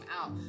out